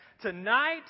Tonight